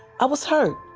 i was hurt.